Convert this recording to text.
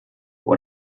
vor